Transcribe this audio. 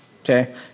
Okay